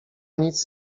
nic